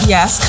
Yes